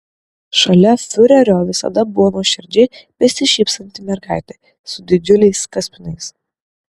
šalia fiurerio visada buvo nuoširdžiai besišypsanti mergaitė su didžiuliais kaspinais